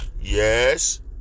Yes